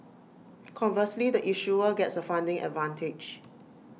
conversely the issuer gets A funding advantage